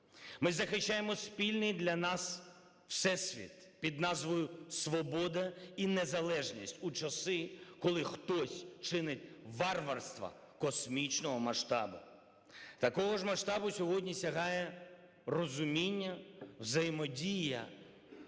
Ми захищаємо спільний для нас всесвіт під назвою "Свобода і незалежність" у часи, коли хтось чинить варварства космічного масштабу. Такого ж масштабу сьогодні сягає розуміння, взаємодія,